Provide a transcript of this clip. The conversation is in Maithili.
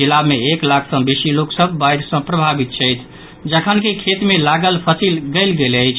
जिला मे एक लाख सँ बेसी लोक सभ बाढ़ि सँ प्रभावित छथि जखनकि खेत मे लागल फसिल गलि गेल अछि